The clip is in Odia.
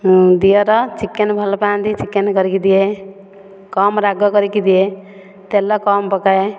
ଦିଅର ଚିକେନ ଭଲପାନ୍ତି ଚିକେନ କରିକି ଦିଏ କମ୍ ରାଗ କରିକି ଦିଏ ତେଲ କମ୍ ପକାଏ